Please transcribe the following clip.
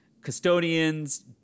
custodians